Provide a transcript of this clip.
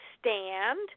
stand